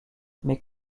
mais